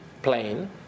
plane